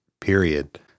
period